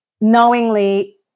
knowingly